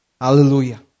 Hallelujah